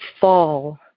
fall